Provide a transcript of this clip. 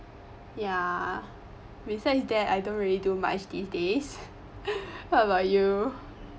ya besides that I don't really do much these days how about you